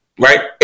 Right